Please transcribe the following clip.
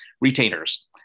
retainers